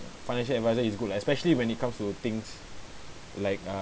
financial advisor is good especially when it comes to things like ah